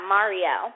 Mario